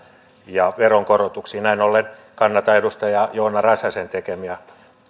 veronkorotuksiin näin ollen kannatan edustaja joona räsäsen tekemiä